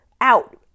out